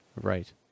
Right